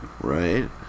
right